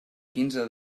quinze